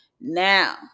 Now